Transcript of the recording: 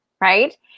right